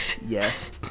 yes